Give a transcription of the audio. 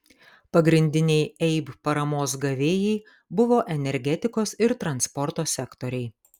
pagrindiniai eib paramos gavėjai buvo energetikos ir transporto sektoriai